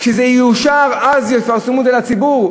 כשזה יאושר, אז יפרסמו את זה לציבור.